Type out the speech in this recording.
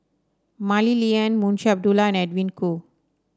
Mah Li Lian Munshi Abdullah and Edwin Koo